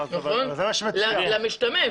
נכון, למשתמש.